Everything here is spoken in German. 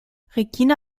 regina